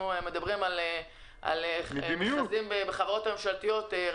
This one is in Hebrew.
אנחנו מדברים על מכרזים בחברות הממשלתיות,